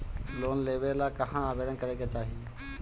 Loan लेवे ला कहाँ आवेदन करे के चाही?